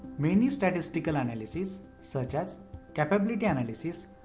many statistical analyses, such as capability analysis,